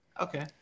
okay